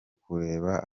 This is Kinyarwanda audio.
kubareba